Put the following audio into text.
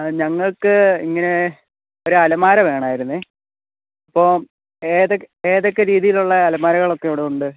ഞങ്ങൾക്ക് ഇങ്ങനെ ഒരലമാര വേണമായിരുന്നേ അപ്പോൾ ഏതൊക്കെ ഏതൊക്കെ രീതിയിലുള്ള അലമാരകളൊക്കെ അവടെയുണ്ട്